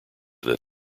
that